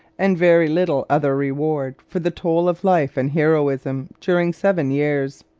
and very little other reward for the toll of life and heroism during seven years.